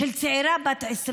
לבחור עם מי לבנות בית?